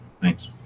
Thanks